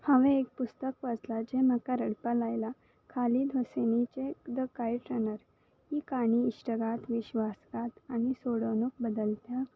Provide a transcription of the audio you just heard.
हांवें एक पुस्तक वाचलां जें म्हाका रडपा लायलां खाली धोसिनीचें द कइट रनर ही काणी इश्टगात विश्वासगात आनी सोडोनूक बदलत